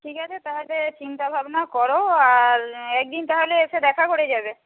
ঠিক আছে তাহলে চিন্তা ভাবনা করো আর একদিন তাহলে এসে দেখা করে যাবে